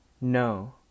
No